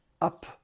up